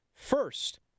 First